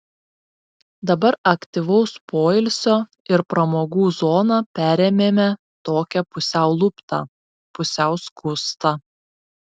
dabar aktyvaus poilsio ir pramogų zoną perėmėme tokią pusiau luptą pusiau skustą